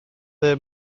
ble